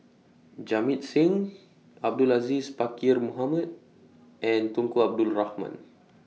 Jamit Singh Abdul Aziz Pakkeer Mohamed and Tunku Abdul Rahman